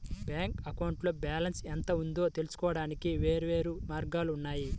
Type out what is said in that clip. bank అకౌంట్లో balance ఎంత ఉందో తెలుసుకోవడానికి వేర్వేరు మార్గాలు ఉన్నాయి